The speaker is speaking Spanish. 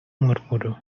murmuró